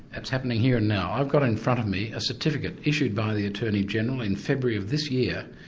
that's happening here and now. i've got in front of me a certificate issued by the attorney-general in february of this year,